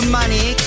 money